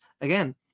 again